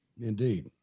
Indeed